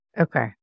Okay